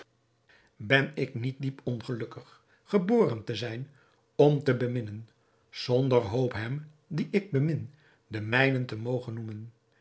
ben ik niet diep ongelukkig geboren te zijn om te beminnen zonder hoop hem dien ik bemin den mijnen te mogen noemen